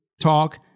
talk